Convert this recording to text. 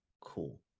cool